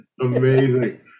Amazing